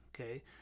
okay